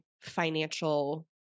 financial